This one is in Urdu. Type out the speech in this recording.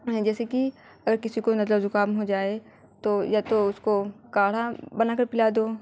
جیسے کہ اگر کسی کو نزلہ اور زکام ہو جائے تو یا تو اس کو کاڑھا بنا کر پلا دو